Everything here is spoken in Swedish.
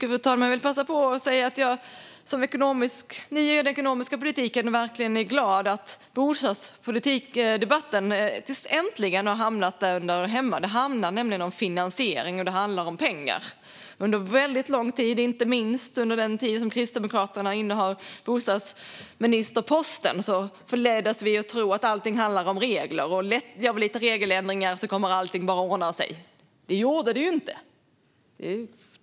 Fru talman! Jag vill passa på att säga att jag som ny i den ekonomiska politiken verkligen är glad att bostadspolitikdebatten äntligen har hamnat där den hör hemma. Det handlar nämligen om finansiering, och det handlar om pengar. Under väldigt lång tid, inte minst under den tid då Kristdemokraterna innehade bostadsministerposten, förleddes vi att tro att allt handlar om regler. Gör vi lite regeländringar kommer allt att bara ordna sig. Det gjorde det ju inte.